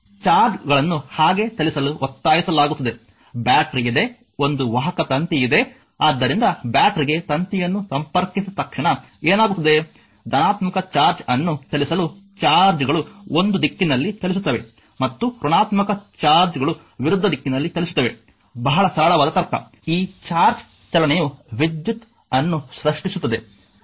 ಚಾರ್ಜ್ಗಳನ್ನು ಹಾಗೆ ಚಲಿಸಲು ಒತ್ತಾಯಿಸಲಾಗುತ್ತದೆ ಬ್ಯಾಟರಿ ಇದೆ ಒಂದು ವಾಹಕ ತಂತಿ ಇದೆ ಆದ್ದರಿಂದ ಬ್ಯಾಟರಿಗೆ ತಂತಿಯನ್ನು ಸಂಪರ್ಕಿಸಿದ ತಕ್ಷಣ ಏನಾಗುತ್ತದೆ ಧನಾತ್ಮಕ ಚಾರ್ಜ್ ಅನ್ನು ಚಲಿಸಲು ಚಾರ್ಜ್ಗಳು ಒಂದು ದಿಕ್ಕಿನಲ್ಲಿ ಚಲಿಸುತ್ತವೆ ಮತ್ತು ಋಣಾತ್ಮಕ ಚಾರ್ಜ್ಗಳು ವಿರುದ್ಧ ದಿಕ್ಕಿನಲ್ಲಿ ಚಲಿಸುತ್ತವೆ ಬಹಳ ಸರಳವಾದ ತರ್ಕ ಈ ಚಾರ್ಜ್ ಚಲನೆಯು ವಿದ್ಯುತ್ ವಿದ್ಯುತ್ ಅನ್ನು ಸೃಷ್ಟಿಸುತ್ತದೆ